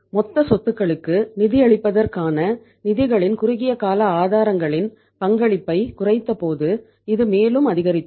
மொத்த சொத்துக்களுக்கு நிதியளிப்பதற்கான நிதிகளின் குறுகிய கால ஆதாரங்களின் பங்களிப்பைக் குறைத்த போது இது மேலும் அதிகரித்தது